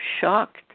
shocked